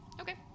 Okay